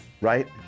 Right